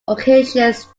occasions